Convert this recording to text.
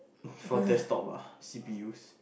for desktop lah C_P_Us